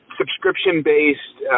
subscription-based